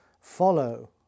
follow